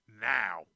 now